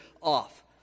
off